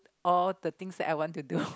all the things that I want to do